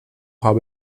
habe